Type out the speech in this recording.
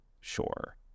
sure